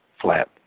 flat